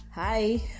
hi